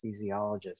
anesthesiologist